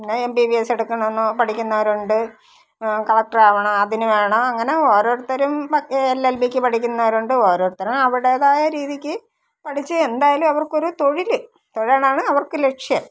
പിന്നെ M B B S എടുക്കണൊന്നൊ പഠിയ്ക്കുന്നവരുണ്ട് കലക്റ്റർ ആകണം അതിന് വേണം അങ്ങനെ ഓരൊരുത്തരും എൽ എൽ ബീയ്ക്ക് പഠിയ്ക്കന്നവരുണ്ട് ഓരൊരുത്തരും അവരുടേതായ രീതയ്ക്ക് പഠിച്ച് എന്തായാലും അവർക്കൊരു തൊഴിൽ തൊഴിലാണ് അവർക്ക് ലക്ഷ്യം